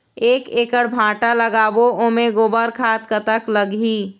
एक एकड़ भांटा लगाबो ओमे गोबर खाद कतक लगही?